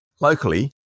Locally